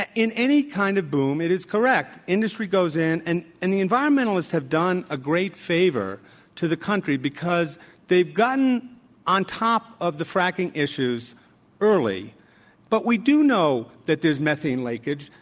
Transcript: ah in any kind of boom, it is correct. industry goes in, and and the environmentalists have done a great favor to the country because they've gotten on top of the fracking issues early but we do know that there's methane leakage,